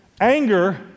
Anger